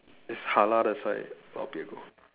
it's halal that's why a lot of people